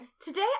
Today